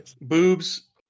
Boobs